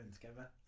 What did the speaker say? together